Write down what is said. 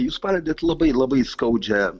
jūs palietėt labai labai skaudžią